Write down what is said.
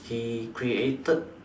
he created